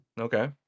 Okay